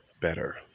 better